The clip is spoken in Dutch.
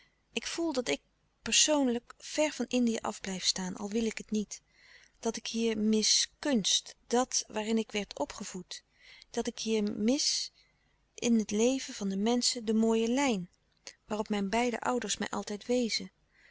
ik voel dat ik persoonlijk ver van indië louis couperus de stille kracht af blijf staan al wil ik het niet dat ik hier mis kunst dat waarin ik werd opgevoed dat ik hier mis in het leven van de menschen de mooie lijn waarop mijn beide ouders mij altijd wezen